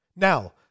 Now